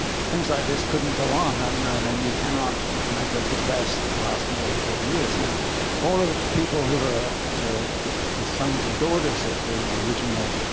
things like this couldn't go on. um and you cannot make a bequest that lasts more than thirty years. now all of the people who were the the sons and daughters of the original